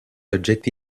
oggetti